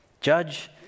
Judge